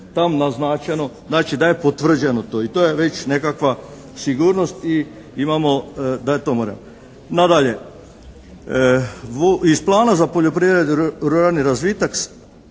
Znači da je potvrđeno to i to je već nekakva sigurnost i imamo da …/Govornik se ne razumije./… Nadalje, iz plana za poljoprivredu i ruralni razvitak